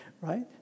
right